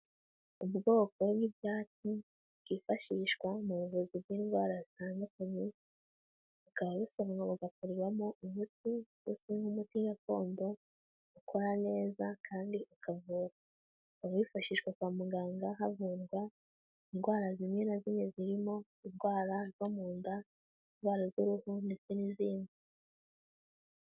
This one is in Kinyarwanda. Ubwoko bw'ibyatsi bwifashishwa mu buvuzi bw'indwara zitandukanye, bukaba busarurwa bugakorerwamo umuti ukozemo umuti gakondo, ukora neza kandi ukavura, ukaba wifashishwa kwa muganga havurwa indwara zimwe na zimwe zirimo indwara zo m unda, indwara z'uruhu ndetse n'izindi.